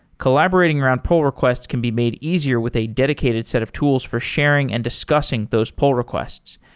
collaborating around pull requests can be made easier with a dedicated set of tools for sharing and discussing those pull requests,